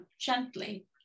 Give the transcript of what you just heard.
gently